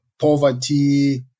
poverty